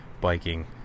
biking